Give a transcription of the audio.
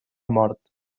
mort